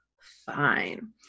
fine